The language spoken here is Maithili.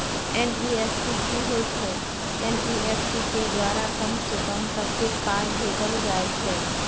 एन.ई.एफ.टी की होय छै एन.ई.एफ.टी के द्वारा कम से कम कत्ते पाई भेजल जाय छै?